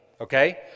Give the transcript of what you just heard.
okay